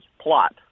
plot